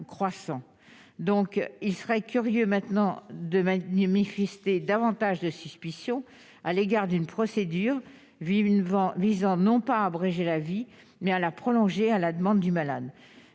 donc il serait curieux maintenant de Niamey Fuster davantage de suspicion à l'égard d'une procédure vit une vent visant non pas à abréger la vie, mais à la prolonger, à la demande du malade,